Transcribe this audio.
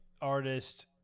artist